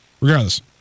regardless